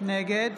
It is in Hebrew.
נגד